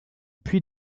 puy